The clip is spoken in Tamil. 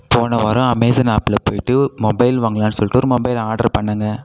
போன வாரம் அமேசான் ஆப்பில் போயிட்டு மொபைல் வாங்கலாம்னு சொல்லிட்டு ஒரு மொபைல் ஆர்டர் பண்ணேங்க